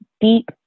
deep